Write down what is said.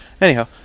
Anyhow